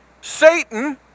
Satan